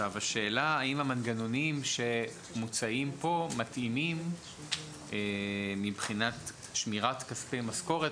השאלה היא האם המנגנונים שמוצעים כאן מתאימים מבחינת שמירת כספי משכורת.